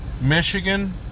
Michigan